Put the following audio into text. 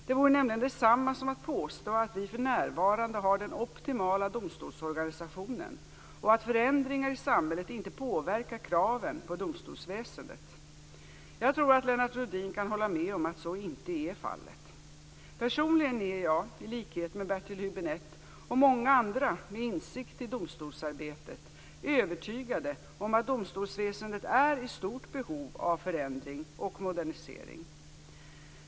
Det vore nämligen detsamma som att påstå att vi för närvarande har den optimala domstolsorganisationen och att förändringar i samhället inte påverkar kraven på domstolsväsendet. Jag tror att Lennart Rohdin kan hålla med om att så inte är fallet. Personligen är jag, i likhet med Bertil Hübinette och många andra med insikt i domstolsarbetet, övertygad om att domstolsväsendet är i stort behov av förändring och modernisering.